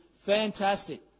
fantastic